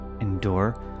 endure